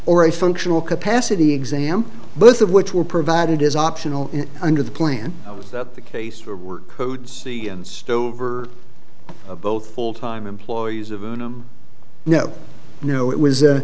or a functional capacity exam both of which were provided is optional under the plan was that the case for work code c and stove are both full time employees of whom no no it was a